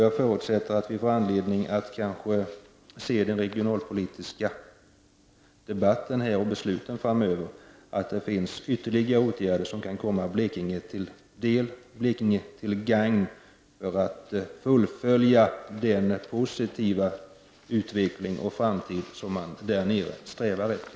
Jag förutsätter att vi får anledning att i den regionalpolitiska debatten här och besluten framöver se att det finns ytterligare åtgärder som kan bli Blekinge till gagn för att man där kan fullfölja den positiva utveckling och uppleva den framtid som man strävar efter.